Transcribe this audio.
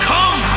Come